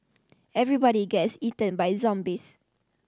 everybody gets eaten by zombies